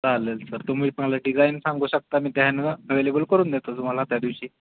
चालेल सर तुम्ही मला डिझाईन सांगू शकता मी त्या ह्यानं अवेलेबल करून देतो तुम्हाला त्या दिवशी